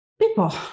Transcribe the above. people